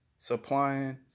Supplying